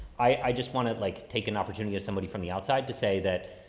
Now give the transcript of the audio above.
i just want to like take an opportunity to somebody from the outside to say that,